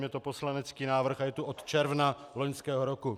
Je to poslanecký návrh a je tu od června loňského roku.